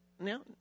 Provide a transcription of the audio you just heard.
No